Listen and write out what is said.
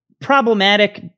problematic